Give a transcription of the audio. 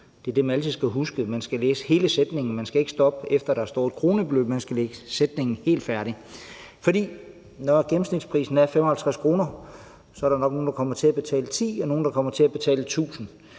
Det er det, man altid skal huske: Man skal læse hele sætningen. Man skal ikke stoppe, efter der står et kronebeløb; man skal læse sætningen helt færdig. For når gennemsnitsprisen er 55 kr., er der nok nogle, der kommer til at betale 10 kr., og nogle, der kommer til at betale 1.000 kr.,